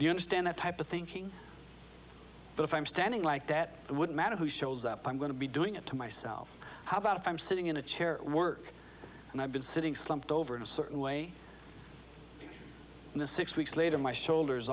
you understand that type of thinking but if i'm standing like that it wouldn't matter who shows up i'm going to be doing it to myself how about if i'm sitting in a chair at work and i've been sitting slumped over in a certain way in the six weeks later my shoulders